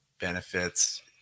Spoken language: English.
benefits